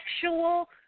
sexual